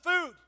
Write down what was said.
food